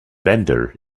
bender